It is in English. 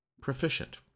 proficient